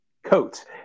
Coats